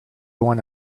want